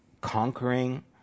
conquering